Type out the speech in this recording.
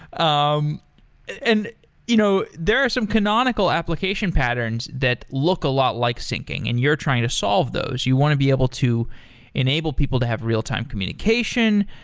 um and you know there are some canonical application patterns that look a lot like syncing, and you're trying to solve those. you want to be able to enable people to have real time communication,